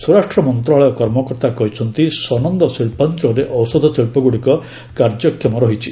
ସ୍ୱରାଷ୍ଟ୍ର ମନ୍ତ୍ରଣାଳୟ କର୍ମକର୍ତ୍ତା କହିଛନ୍ତି ସନନ୍ଦ ଶିଳ୍ପାଞ୍ଚଳରେ ଔଷଧ ଶିଳ୍ପଗୁଡ଼ିକ କାର୍ଯ୍ୟକ୍ଷମ ରହିଛି